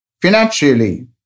financially